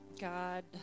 God